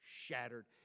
shattered